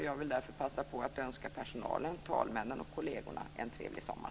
Jag vill därför passa på att önska personalen, talmännen och kollegerna en trevlig sommar.